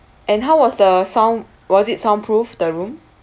and how was the sound was it soundproofed the room